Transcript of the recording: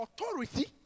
authority